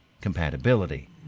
compatibility